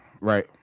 Right